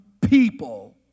people